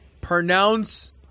Pronounce